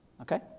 Okay